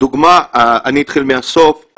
אני אתחיל מהסוף,